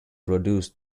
produced